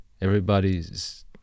everybody's